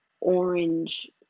orange